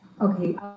Okay